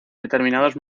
determinados